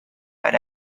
right